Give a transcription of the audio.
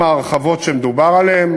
עם ההרחבות שמדובר עליהן,